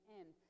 end